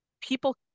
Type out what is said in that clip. people